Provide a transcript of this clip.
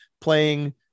playing